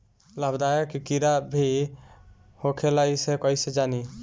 लाभदायक कीड़ा भी होखेला इसे कईसे जानी?